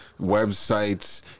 Websites